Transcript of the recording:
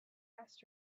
asked